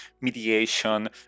mediation